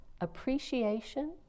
appreciation